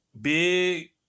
big